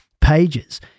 pages